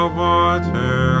water